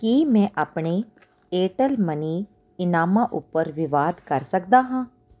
ਕੀ ਮੈਂ ਆਪਣੇ Airtel money ਇਨਾਮਾਂ ਉੱਪਰ ਵਿਵਾਦ ਕਰ ਸਕਦਾ ਹਾਂ